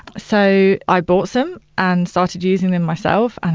so, i bought them and started using them myself. and